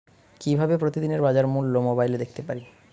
কিভাবে প্রতিদিনের বাজার মূল্য মোবাইলে দেখতে পারি?